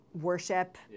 worship